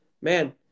man